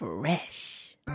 Fresh